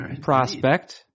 prospect